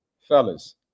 fellas